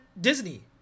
disney